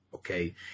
Okay